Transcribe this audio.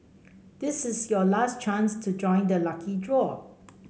this is your last chance to join the lucky draw